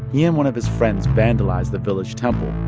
he and one of his friends vandalized the village temple.